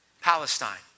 Palestine